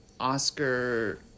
Oscar